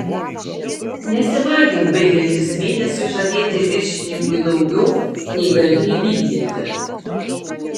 nesivargink baigiantis mėnesiui žadėti viršininkui daugiau nei gali įvykdyti